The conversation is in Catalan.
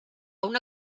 una